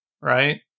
right